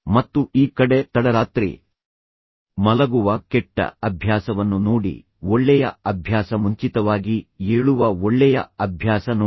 ಮತ್ತು ಈ ಕಡೆ ತಡರಾತ್ರಿ ಮಲಗುವ ಕೆಟ್ಟ ಅಭ್ಯಾಸವನ್ನು ನೋಡಿ ಒಳ್ಳೆಯ ಅಭ್ಯಾಸ ಮುಂಚಿತವಾಗಿ ಏಳುವ ಒಳ್ಳೆಯ ಅಭ್ಯಾಸ ನೋಡಿ